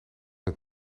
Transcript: met